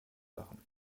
lachen